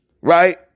right